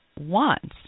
wants